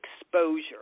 exposure